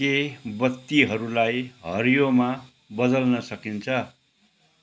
के बत्तीहरूलाई हरियोमा बदल्न सकिन्छ